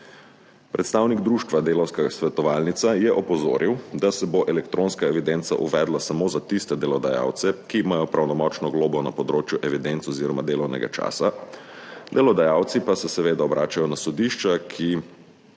Predstavnik društva Delavska svetovalnica je opozoril, da se bo elektronska evidenca uvedla samo za tiste delodajalce, ki imajo pravnomočno globo na področju evidenc oziroma delovnega časa. Delodajalci pa se seveda obračajo na sodišča, ki